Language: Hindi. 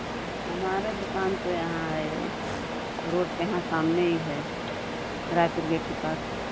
हमारा दुकान तो यहाँ है रोड के यहाँ सामने ही है रायपुर गेट के पास